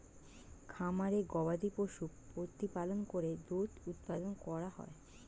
খামারে গবাদিপশু প্রতিপালন করে দুধ উৎপন্ন করা হয়